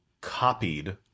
copied